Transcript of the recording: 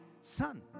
Son